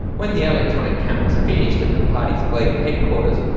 when the electronic count was finished at the party's glebe headquarters,